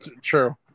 True